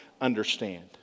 understand